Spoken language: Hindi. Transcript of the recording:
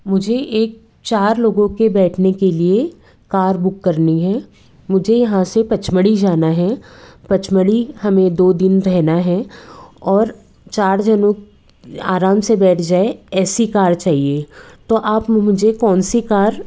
मुझे एक चार लोगों के बैठने के लिए कार बुक करनी है मुझे यहाँ से पचमढ़ी जाना है पचमढ़ी हमें दो दिन रहना है और चार जो लोग आराम से बैठ जाएँ ऐसी कार चाहिए तो आप मुझे कौनसी कार